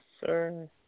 sir